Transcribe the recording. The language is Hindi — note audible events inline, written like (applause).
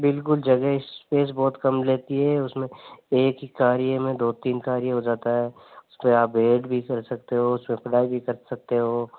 बिल्कुल जगह इस्पेस बहुत कम लेती हे उसमें एक ही कार्य में दो तीन कार्य हो जाता हे (unintelligible) आप बेड भी (unintelligible) सकते हो उसमें पढ़ाई भी कर सकते हो